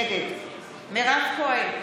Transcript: נגד מירב כהן,